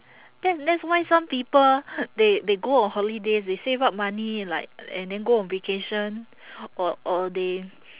that that's why some people they they go on holidays they save up money like and then go on vacation or or they